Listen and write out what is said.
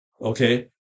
Okay